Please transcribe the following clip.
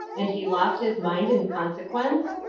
and he lost his mind in consequence?